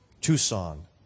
Tucson